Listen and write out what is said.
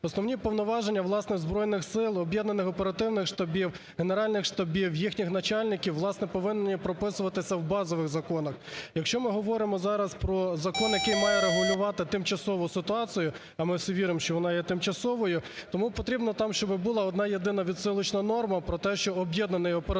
Основні повноваження, власне, Збройних Сил, об'єднаних оперативних штабів, генеральних штабів, їхніх начальників, власне, повинні прописуватися в базових законах. Якщо ми говоримо зараз про закон, який має регулювати тимчасову ситуацію, а ми всі віримо, що вона є тимчасовою, тому потрібно там, щоби була одна-єдина відсилочна норм про те, що об'єднаний оперативний